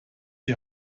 die